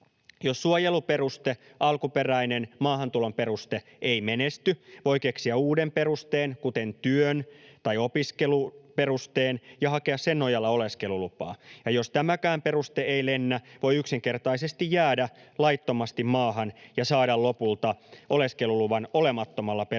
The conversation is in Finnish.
Jos suojeluperuste, alkuperäinen maahantulon peruste, ei menesty, voi keksiä uuden perusteen, kuten työ- tai opiskeluperusteen, ja hakea sen nojalla oleskelulupaa. Ja jos tämäkään peruste ei lennä, voi yksinkertaisesti jäädä laittomasti maahan ja saada lopulta oleskeluluvan olemattomalla perusteella,